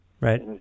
Right